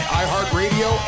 iHeartRadio